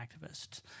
activists